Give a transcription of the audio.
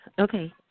Okay